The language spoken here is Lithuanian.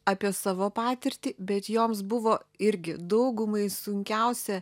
apie savo patirtį bet joms buvo irgi daugumai sunkiausia